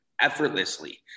effortlessly